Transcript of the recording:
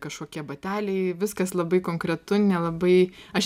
kažkokie bateliai viskas labai konkretu nelabai aš